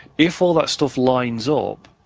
if all that stuff lines up,